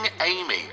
Amy